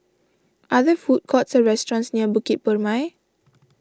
are there food courts or restaurants near Bukit Purmei